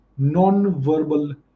nonverbal